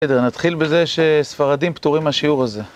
בסדר, נתחיל בזה שספרדים פטורים מהשיעור הזה.